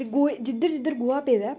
ते गोहा जिद्धर जिद्धर गोहा पेदा ऐ